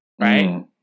right